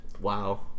Wow